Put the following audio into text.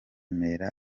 remera